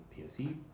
POC